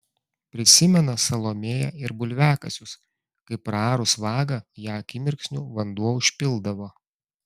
prisimena salomėja ir bulviakasius kai praarus vagą ją akimirksniu vanduo užpildavo